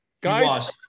guys